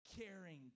caring